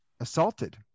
assaulted